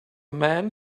man